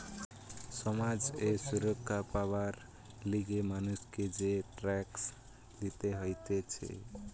সমাজ এ সুরক্ষা পাবার লিগে মানুষকে যে ট্যাক্স দিতে হতিছে